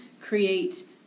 create